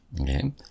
Okay